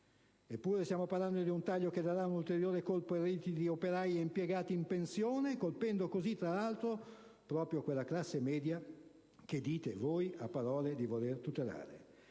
Eppure, stiamo parlando di un taglio che darà un ulteriore colpo ai redditi di operai e impiegati in pensione, colpendo così, tra l'altro, proprio quella classe media che dite a parole di voler tutelare.